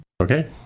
Okay